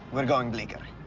we're going bleecker.